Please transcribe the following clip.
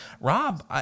Rob